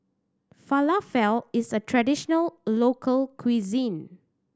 falafel is a traditional local cuisine